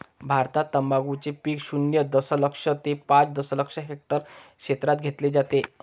भारतात तंबाखूचे पीक शून्य दशलक्ष ते पाच दशलक्ष हेक्टर क्षेत्रात घेतले जाते